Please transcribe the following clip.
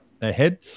ahead